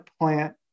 plant